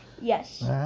Yes